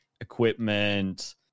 equipment